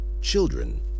children